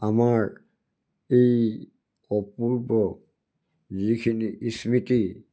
আমাৰ এই অপূৰ্ব যিখিনি স্মৃতি